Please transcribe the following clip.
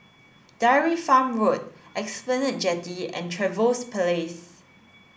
Dairy Farm Road Esplanade Jetty and Trevose Place